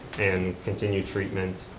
and continue treatment,